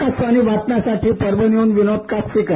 आकाशवाणी बातम्यांसाठी परभणीहून विनोद कापसीकर